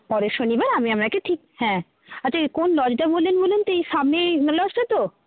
পরের শনিবার আমি আপনাকে ঠিক হ্যাঁ আচ্ছা এ কোন লজটা বললেন বলুন তো এই সামনে এ লজটা তো